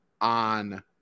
on